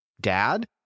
Dad